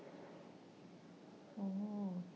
orh